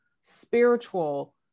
spiritual